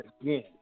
again